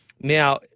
Now